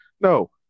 No